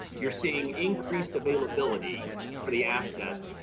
you're seeing increased availability for the asset.